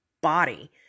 body